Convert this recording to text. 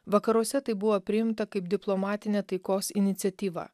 vakaruose tai buvo priimta kaip diplomatinė taikos iniciatyva